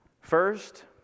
First